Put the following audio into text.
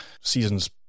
season's